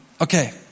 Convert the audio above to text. Okay